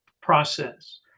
process